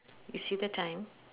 you see the time